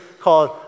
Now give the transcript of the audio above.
called